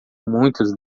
muitos